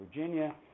Virginia